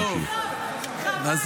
אדוני השר, תקריא את התשובה.